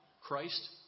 Christ